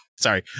sorry